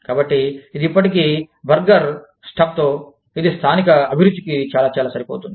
కాబట్టి ఇది ఇప్పటికీ బర్గర్ స్టఫ్ తో ఇది స్థానిక అభిరుచికి చాలా చాలా సరిపోతుంది